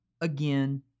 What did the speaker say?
again